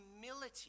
humility